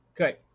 Okay